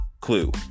clue